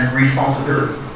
responsibility